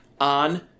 on